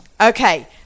Okay